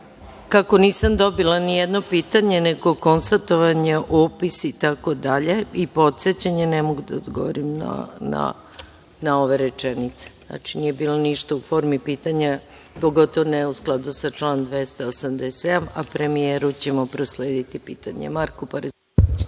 nisam dobila nijedno pitanje, nego konstatovanje, opis itd. i podsećanje ne mogu da odgovorim na ove rečenice. Nije bilo ništa u formi pitanja, pogotovo ne u skladu sa članom 287.Premijeru ćemo proslediti pitanje. Marko Parezanović.